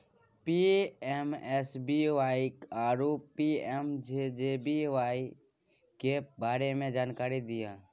PMSBY आरो PMJJBY के बारे मे जानकारी दिय?